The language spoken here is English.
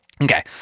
Okay